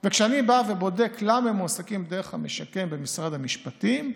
כשאני בא ובודק למה הם מועסקים דרך "המשקם" במשרד המשפטים,